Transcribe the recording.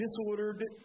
disordered